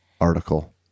article